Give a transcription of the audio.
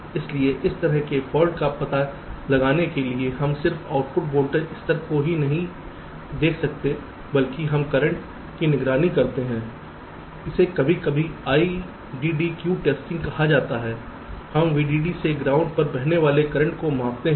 इसलिए इस तरह की फॉल्ट का पता लगाने के लिए हम सिर्फ आउटपुट वोल्टेज स्तर को नहीं देख सकते हैं बल्कि हम करंट की निगरानी करते हैं इसे कभी कभी IDDQ टेस्टिंग कहा जाता है हम VDD से ग्राउंड पर बहने वाले करंट को मापते हैं